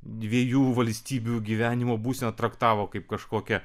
dviejų valstybių gyvenimo būseną traktavo kaip kažkokią